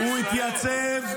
הוא היה לצד מדינת ישראל.